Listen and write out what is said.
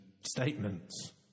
statements